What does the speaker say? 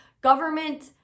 government